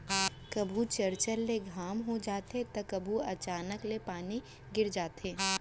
कभू चरचर ले घाम हो जाथे त कभू अचानक ले पानी गिर जाथे